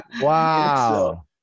Wow